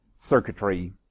circuitry